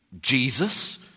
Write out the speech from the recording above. Jesus